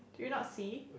did you not see